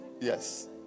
Yes